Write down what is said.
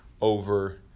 over